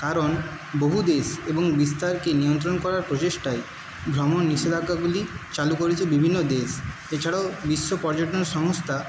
কারণ বহু দেশ এবং বিস্তারকে নিয়ন্ত্রণ করার প্রচেষ্টায় ভ্রমণ নিষেধাজ্ঞাগুলি চালু করেছে বিভিন্ন দেশ এছাড়াও বিশ্ব পর্যটন সংস্থা